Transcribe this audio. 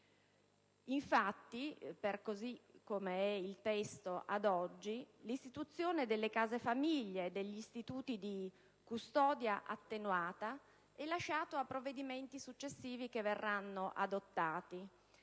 Infatti, per com'è il testo ad oggi, l'istituzione delle case famiglia e degli istituti di custodia attenuata è lasciata a provvedimenti successivi che verranno adottati,